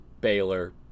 Baylor